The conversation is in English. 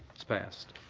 it's passed.